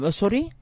sorry